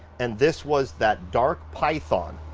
and this was that dark python.